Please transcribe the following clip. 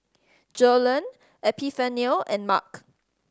Joellen Epifanio and Marc